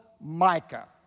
Micah